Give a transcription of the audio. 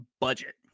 budget